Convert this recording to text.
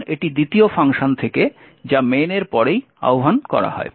কারণ এটি দ্বিতীয় ফাংশন থেকে যা main এর পরেই আহ্বান করা হয়